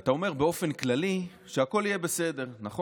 אתה אומר באופן כללי שהכול יהיה בסדר, נכון?